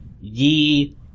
ye